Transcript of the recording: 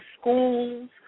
schools